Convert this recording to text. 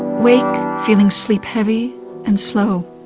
wake feeling sleep-heavy and slow.